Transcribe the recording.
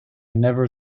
never